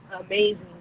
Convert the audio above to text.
amazing